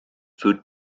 food